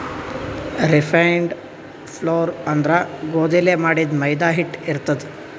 refined flour ಅಂದ್ರ ಗೋಧಿಲೇ ಮಾಡಿದ್ದ್ ಮೈದಾ ಹಿಟ್ಟ್ ಇರ್ತದ್